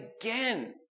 again